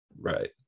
Right